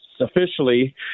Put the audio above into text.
officially